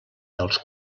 dels